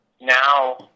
now